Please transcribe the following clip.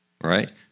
right